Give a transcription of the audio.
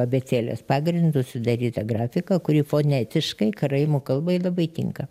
abėcėlės pagrindu sudaryta grafika kuri fonetiškai karaimų kalbai labai tinka